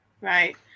Right